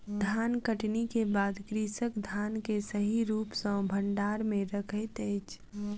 धानकटनी के बाद कृषक धान के सही रूप सॅ भंडार में रखैत अछि